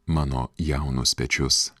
mano jaunus pečius